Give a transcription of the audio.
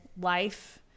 life